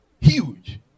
huge